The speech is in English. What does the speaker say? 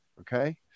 Okay